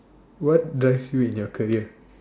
what does you in your career